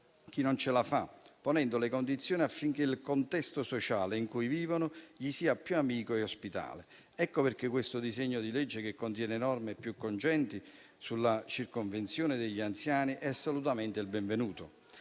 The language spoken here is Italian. chi non ce la fa, ponendo le condizioni affinché il contesto sociale in cui vivono sia loro più amico ed ospitale. Ecco perché questo disegno di legge, che contiene norme più cogenti sulla circonvenzione degli anziani, è assolutamente il benvenuto.